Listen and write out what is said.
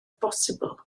bosibl